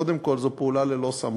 קודם כול, זו פעולה ללא סמכות.